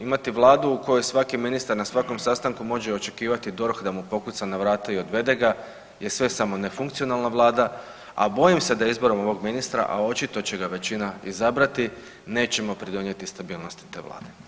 Imati vladu u kojoj svaki ministar na svakom sastanku može očekivati DORH da mu pokuca na vrata i odvede ga je sve samo ne funkcionalna vlada, a bojim se da izborom ovog ministra, a očito će ga većina izabrati nećemo pridonijeti stabilnosti te vlade.